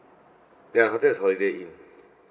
ya hotel is holiday inn